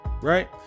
right